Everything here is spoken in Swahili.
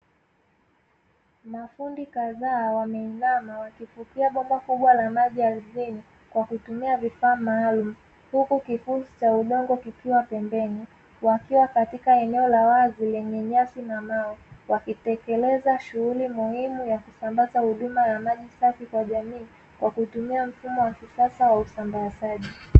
Mafundi kadhaa wameinama wakifukia bomba kubwa la maji ardhini kwa kutumia vifaa maalumu, huku kifusi cha udongo kikiwa pembeni. Wakiwa katika eneo la wazi lenye nyasi na mawe, wakitekeleza shughuli muhimu yakusambaza huduma ya maji safi kwa jamii kwa kutumia mfumo wa kisasa wa usambazaji.